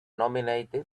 nominated